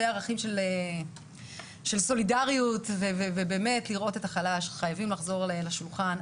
וערכים של סולידריות ובאמת לראות את החלש וחייבים לחזור לשולחן.